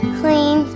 clean